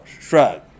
shrug